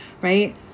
right